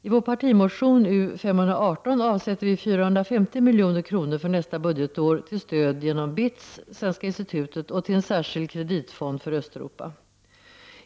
I vår partimotion U518 föreslår vi att 450 milj.kr. avsätts för nästa budgetår till stöd genom BITS, Svenska institutet och till en särskild kreditfond för Östeuropa.